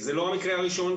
זה לא המקרה הראשון,